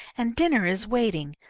and dinner is waiting.